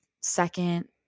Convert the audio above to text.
second